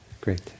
Great